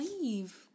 leave